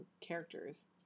characters